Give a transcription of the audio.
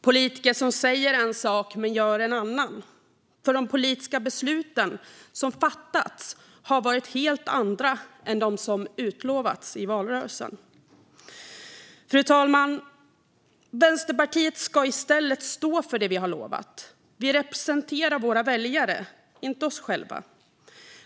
Politiker säger en sak men gör en annan, för de politiska besluten som fattats har varit helt andra än det som utlovats i valrörelsen. Fru talman! Vänsterpartiet ska i stället stå för det vi lovat. Vi representerar våra väljare, inte oss själva.